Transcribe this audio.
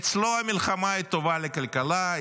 אצלו המלחמה טובה לכלכלה.